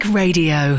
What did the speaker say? radio